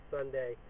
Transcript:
Sunday